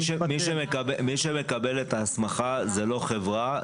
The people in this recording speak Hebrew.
מי שמקבל את ההסכמה זה לא חברה,